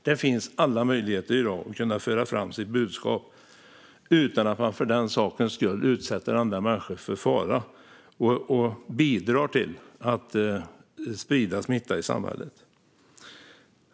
Det finns i dag alla möjligheter att föra fram sitt budskap utan att man för den sakens skull utsätter andra människor för fara och bidrar till att sprida smitta i samhället.